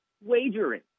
wagering